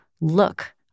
Look